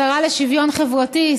השרה לשוויון חברתי,